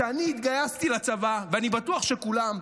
כשאני התגייסתי לצבא, ואני בטוח שכולם,